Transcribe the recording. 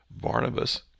Barnabas